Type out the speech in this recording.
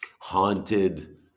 haunted